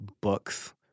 books